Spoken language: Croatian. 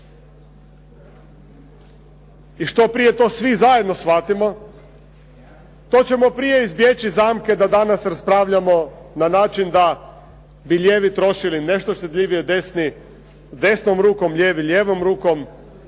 I što prije to svi zajedno shvatimo to ćemo prije izbjeći zamke da danas raspravljamo na način da bi lijevi trošili nešto štedljivije, desni desnom rukom, lijevi lijevom rukom,